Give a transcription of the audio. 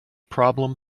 problem